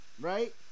right